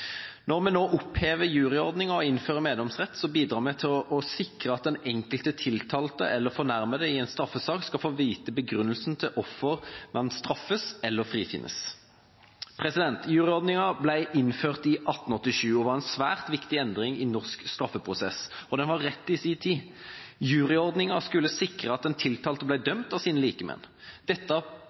Når vi nå opphever juryordningen og innfører meddomsrett, bidrar vi til å sikre at den enkelte tiltalte eller fornærmede i en straffesak skal få vite begrunnelsen for hvorfor man straffes eller frifinnes. Juryordningen ble innført i 1887 og var en svært viktig endring i norsk straffeprosess, og den var rett i sin tid. Juryordningen skulle sikre at den tiltalte ble dømt av sine likemenn. Dette